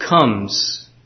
comes